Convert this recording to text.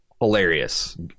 hilarious